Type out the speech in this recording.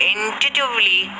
Intuitively